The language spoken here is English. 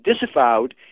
disavowed